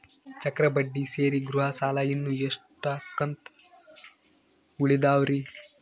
ಚಕ್ರ ಬಡ್ಡಿ ಸೇರಿ ಗೃಹ ಸಾಲ ಇನ್ನು ಎಷ್ಟ ಕಂತ ಉಳಿದಾವರಿ?